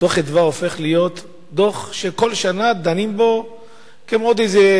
דוח "אדוה" הופך להיות דוח שכל שנה דנים בו כמו בעוד איזה